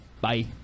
Bye